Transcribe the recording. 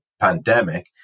pandemic